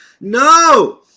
No